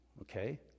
Okay